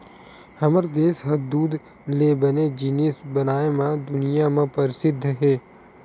हमर देस ह दूद ले बने जिनिस बनाए म दुनिया म परसिद्ध हे